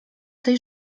tej